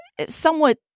somewhat